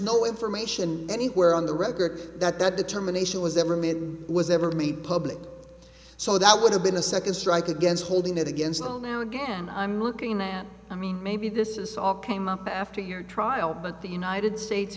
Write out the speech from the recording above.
no information anywhere on the record that that determination was ever made and was ever made public so that would have been a second strike against holding it against the now again i'm looking and i mean maybe this is all came up after your trial but the united states